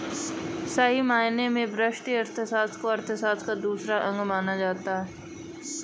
सही मायने में व्यष्टि अर्थशास्त्र को अर्थशास्त्र का दूसरा अंग माना जाता है